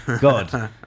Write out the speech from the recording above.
God